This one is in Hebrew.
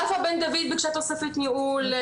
יפה בן דוד ביקשה תוספת ניהול,